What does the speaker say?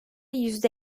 yüzde